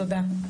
תודה.